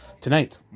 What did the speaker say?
tonight